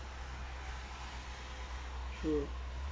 mm